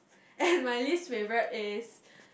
and my least favourite is